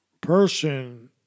person